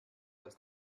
ist